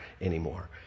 anymore